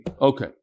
Okay